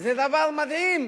זה דבר מדהים,